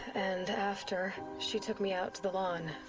and after. she took me out to the lawn.